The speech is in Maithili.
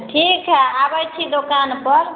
ठीक हय आबै छी दोकानपर